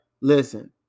Listen